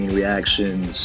reactions